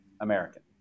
American